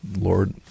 lord